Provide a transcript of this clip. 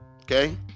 okay